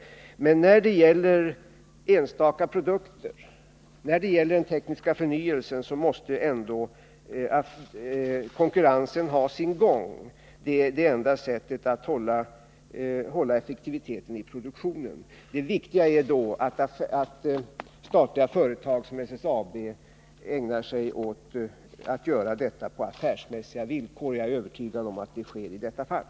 Men när det gäller enstaka produkter och när det gäller den tekniska förnyelsen måste ändå konkurrensen ha sin gång. Det är det enda sättet att bibehålla effektiviteten i produktionen. Då är det viktigt att statliga företag som SSAB ägnar sig åt att göra det på affärsmässiga villkor, och jag är övertygad om att det sker i detta fall.